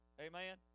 Amen